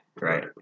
right